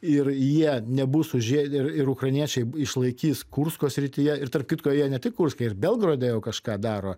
ir jie nebus užė ir ir ukrainiečiai išlaikys kursko srityje ir tarp kitko jie ne tik kurske jie ir belgrade jau kažką daro